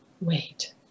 wait